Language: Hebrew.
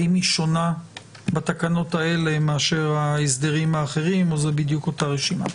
האם היא שונה בתקנות האלה מאשר ההסדרים האחרים או שזו בדיוק אותה רשימה?